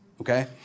okay